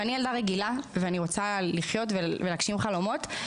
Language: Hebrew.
ואני ילדה רגילה ואני רוצה לחיות ולהגשים חלומות.